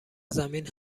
زمین